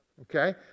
okay